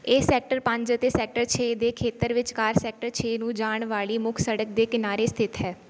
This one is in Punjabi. ਇਹ ਸੈਕਟਰ ਪੰਜ ਅਤੇ ਸੈਕਟਰ ਛੇ ਦੇ ਖੇਤਰ ਵਿਚਕਾਰ ਸੈਕਟਰ ਛੇ ਨੂੰ ਜਾਣ ਵਾਲੀ ਮੁੱਖ ਸੜਕ ਦੇ ਕਿਨਾਰੇ ਸਥਿਤ ਹੈ